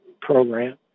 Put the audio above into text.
program